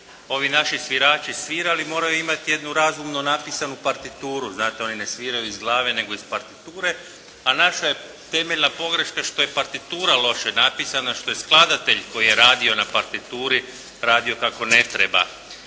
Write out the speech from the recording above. ovi naši svirači svirali moraju imati jednu razumno napisanu partituru. Znate, oni ne sviraju iz glave, nego iz partiture, a naša je temeljna pogreška što je partitura loše napisana, što je skladatelj koji je radio na partituri radio kako ne treba.